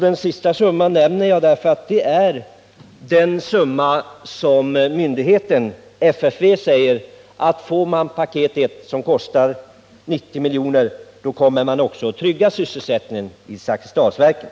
Den sista summan nämner jag med anledning av att myndigheten, FFV, har sagt att om det s.k. paket 1 — som kostar just 90 milj.kr. — tidigareläggs, kommer man att trygga sysselsättningen vid Zakrisdalsverken.